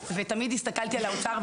ותמיד הסתכלתי על האוצר,